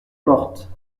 morte